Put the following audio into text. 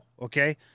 okay